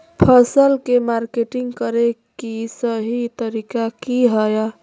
फसल के मार्केटिंग करें कि सही तरीका की हय?